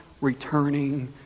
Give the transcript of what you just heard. returning